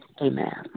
Amen